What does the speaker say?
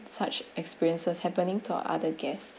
such experiences happening to other guests